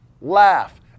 laugh